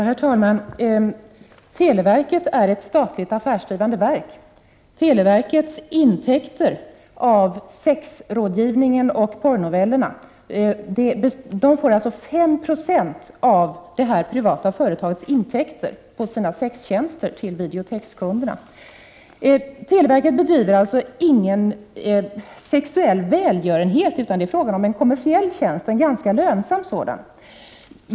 Herr talman! Televerket är ett statligt affärsdrivande verk. Televerket får 5 90 av det här företagets intäkter på sin sexrådgivning, sina porrnoveller och andra sextjänster till videotexkunderna. Televerket bedriver alltså ingen sexuell välgörenhet, utan det är fråga om en kommersiell och ganska lönsam tjänst.